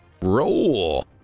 Roll